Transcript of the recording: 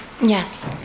yes